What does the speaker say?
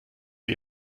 sie